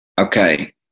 okay